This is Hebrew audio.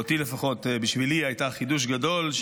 שלפחות בשבילי היא הייתה חידוש גדול,